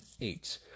eight